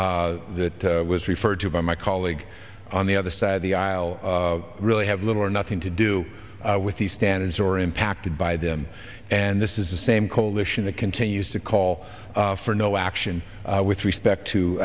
letter that was referred to by my colleague on the other side of the aisle really have little or nothing to do with the standards or impacted by them and this is the same coalition that continues to call for no action with respect to